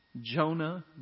Jonah